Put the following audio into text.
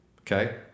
Okay